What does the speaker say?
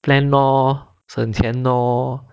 plan lor 省钱 lor